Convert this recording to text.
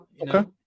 Okay